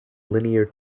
linear